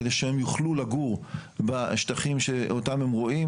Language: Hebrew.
כדי שהם יוכלו לגור בשטחים שאותם הם רועים.